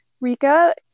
Rika